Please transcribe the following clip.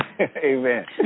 Amen